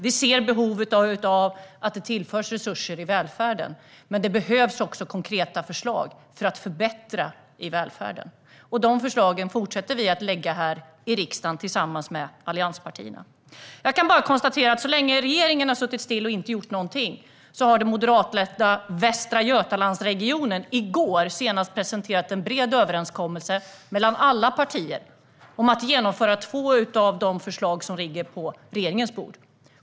Vi ser behov av att resurser tillförs i välfärden, men det behövs också konkreta förslag för att förbättra i välfärden. Sådana förslag fortsätter vi att lägga fram här i riksdagen tillsammans med allianspartierna. Jag kan konstatera att medan regeringen har suttit still och inte gjort någonting presenterade den moderatledda Västra Götalandsregionen så sent som i går en bred överenskommelse mellan alla partier om att genomföra två av de förslag som ligger på regeringens bord.